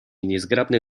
niezgrabne